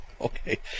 okay